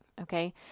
Okay